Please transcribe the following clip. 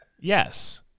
Yes